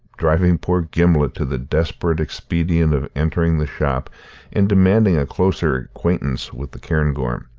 driving poor gimblet to the desperate expedient of entering the shop and demanding a closer acquaintance with the cairngorm.